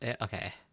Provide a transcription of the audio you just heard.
okay